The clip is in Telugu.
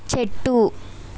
చెట్టు